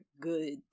good